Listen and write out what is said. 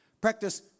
Practice